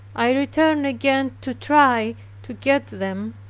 i returned again to try to get them,